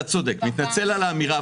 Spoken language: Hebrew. אתה צודק, מתנצל על האמירה.